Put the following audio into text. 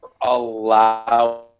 allow